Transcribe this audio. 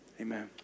Amen